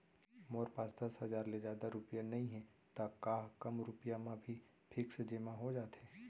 मोर पास दस हजार ले जादा रुपिया नइहे त का कम रुपिया म भी फिक्स जेमा हो जाथे?